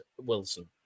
Wilson